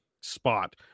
spot